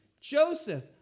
Joseph